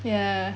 ya